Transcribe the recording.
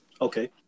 Okay